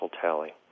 tally